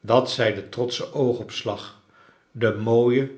dat zei de trotsche oogopslag de mooie